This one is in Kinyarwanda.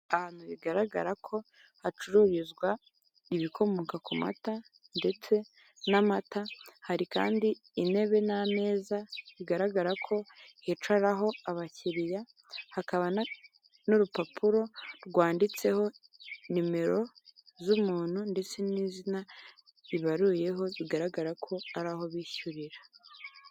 Ahantu bigaragara ko hacururizwa ibikomoka ku mata ndetse n'amata hari kandi intebe n'ameza bigaragara ko hicaraho abakiriya hakaba n'urupapuro rwanditseho nimero z'umuntu ndetse n'izina bibaruyeho bigaragara ko ari aho bishyurira .